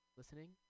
listening